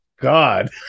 God